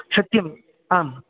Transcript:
सत्यम् आम्